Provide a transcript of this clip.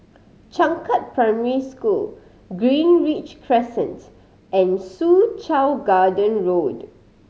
Changkat Primary School Greenridge Crescent and Soo Chow Garden Road